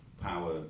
power